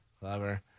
clever